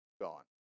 gone